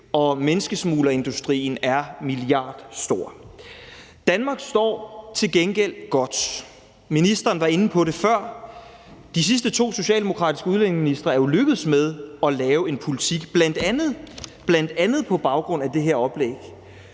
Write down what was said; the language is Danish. og menneskesmuglerindustrien er milliardstor. Danmark står til gengæld godt. Ministeren var inde på det før. De sidste to socialdemokratiske udlændingeministre er jo lykkedes med at lave en politik – bl.a. på baggrund af det her oplæg